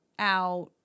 out